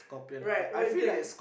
right what do you think